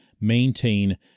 maintain